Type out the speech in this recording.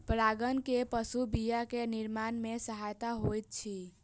परागन में पशु बीया के निर्माण में सहायक होइत अछि